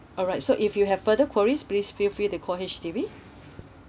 alright so if you have further queries please feel free to call H_D_B